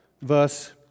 verse